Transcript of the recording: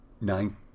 nine